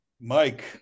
Mike